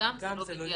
גם זה לא בידיעתנו.